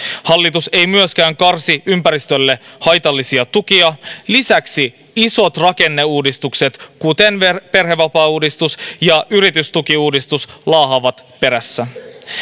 hallitus ei myöskään karsi ympäristölle haitallisia tukia lisäksi isot rakenneuudistukset kuten perhevapaauudistus ja yritystukiuudistus laahaavat perässä